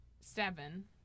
Seven